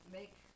make